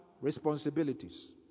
responsibilities